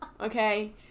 Okay